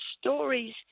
stories